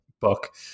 book